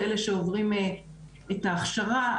אלה שעוברים את ההכשרה,